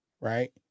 right